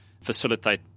facilitate